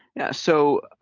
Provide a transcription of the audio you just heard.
yeah, so